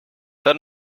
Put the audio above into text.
that